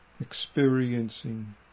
experiencing